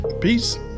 Peace